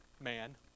Man